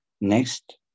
Next